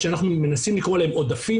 מה שאנחנו מנסים לקרוא להם עודפים,